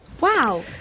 Wow